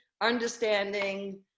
understanding